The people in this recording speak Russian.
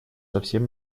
совсем